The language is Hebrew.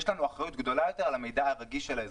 יש לנו אחריות גדולה יותר על המידע הרגיש של האזרחים.